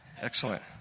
Excellent